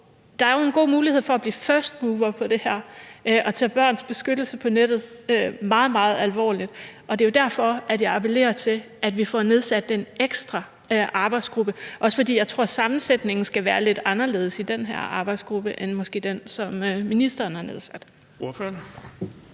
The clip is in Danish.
Der er jo en god mulighed for at blive first mover på det her område ved at tage børns beskyttelse på nettet meget, meget alvorligt. Og det er jo derfor, jeg appellerer til, at vi får nedsat den ekstra arbejdsgruppe – også fordi jeg tror, at sammensætningen måske skal være lidt anderledes i den her arbejdsgruppe end i den, som ministeren har nedsat.